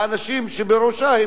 האנשים שבראשה,